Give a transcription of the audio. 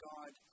God